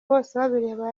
bosebabireba